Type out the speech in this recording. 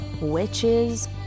Witches